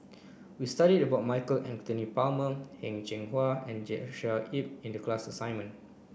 we studied about Michael Anthony Palmer Heng Cheng Hwa and Joshua Ip in the class assignment